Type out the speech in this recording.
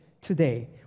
today